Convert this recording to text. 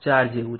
04 જેવું છે